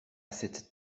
cette